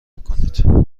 کنید